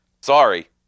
Sorry